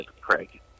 Craig